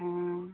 हाँ